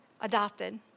adopted